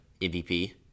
MVP